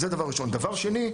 דבר שני: